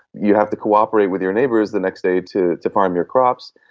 you have to cooperate with your neighbours the next day to to farm your crops,